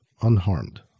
unharmed